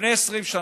לפני 20 שנה,